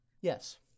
Yes